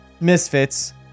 Misfits